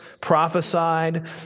prophesied